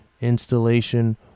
installation